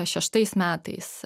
šeštais metais